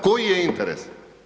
Koji je interes?